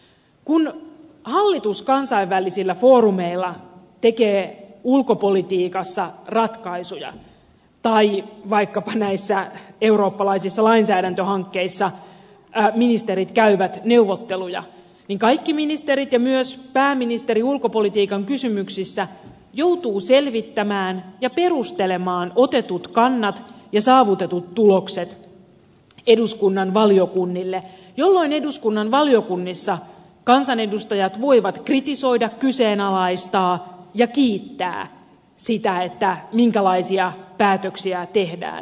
kun hallitus kansainvälisillä foorumeilla tekee ulkopolitiikassa ratkaisuja tai vaikkapa näissä eurooppalaisissa lainsäädäntöhankkeissa ministerit käyvät neuvotteluja niin kaikki ministerit ja myös pääministeri ulkopolitiikan kysymyksissä joutuvat selvittämään ja perustelemaan otetut kannat ja saavutetut tulokset eduskunnan valiokunnille jolloin eduskunnan valiokunnissa kansanedustajat voivat kritisoida kyseenalaistaa ja kiittää sitä minkälaisia päätöksiä tehdään